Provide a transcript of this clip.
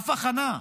אף הכנה.